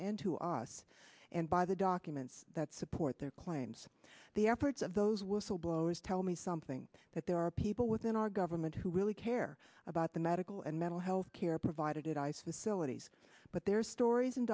and to us and by the documents that support their claims the efforts of those whistleblowers tell me something that there are people within our government who really care about the medical and mental health care provided i facilities but their stories and